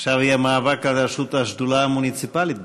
עכשיו יהיה מאבק על ראשות השדולה המוניציפלית בכנסת.